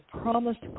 promised